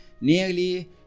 nearly